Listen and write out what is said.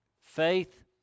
Faith